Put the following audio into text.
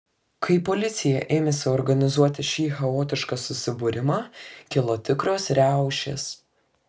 kai policija ėmėsi organizuoti šį chaotišką susibūrimą kilo tikros riaušės